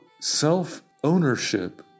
self-ownership